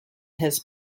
his